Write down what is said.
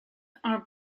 are